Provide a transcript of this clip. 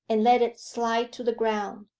and let it slide to the ground.